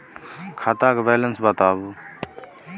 खाता के बैलेंस बताबू?